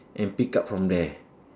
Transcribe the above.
and pick up from there